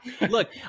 Look